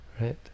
right